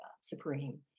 supreme